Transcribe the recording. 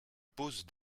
pose